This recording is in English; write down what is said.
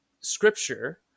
scripture